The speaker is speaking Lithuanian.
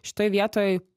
šitoj vietoj